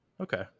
Okay